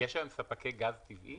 יש היום ספקי גז טבעי